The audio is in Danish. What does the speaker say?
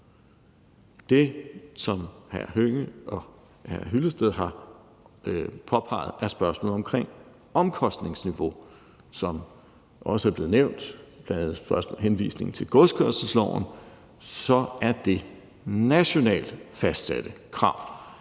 Det, som hr. Karsten Hønge og hr. Henning Hyllested har påpeget, er spørgsmålet omkring omkostningsniveau. Som det også er blevet nævnt, bl.a. først med henvisning til godskørselsloven, så er det nationalt fastsatte krav.